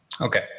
Okay